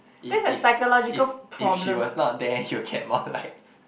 if if if if she was not there he'll get more likes